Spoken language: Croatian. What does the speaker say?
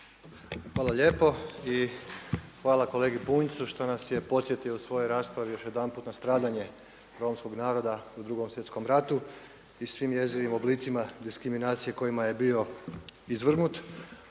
Hvala lijepo. I hvala kolegi Bunjcu što nas je podsjetio u svojoj raspravi još jedanput na stradanje Romskog naroda u Drugom svjetskom ratu i svim njezinim oblicima diskriminacije kojima je bio izvrgnut